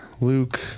Luke